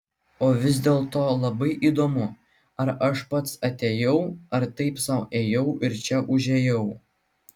o vis dėlto labai įdomu ar aš pats atėjau ar taip sau ėjau ir čia užėjau